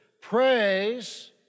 praise